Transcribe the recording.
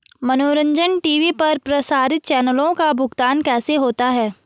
मनोरंजन टी.वी पर प्रसारित चैनलों का भुगतान कैसे होता है?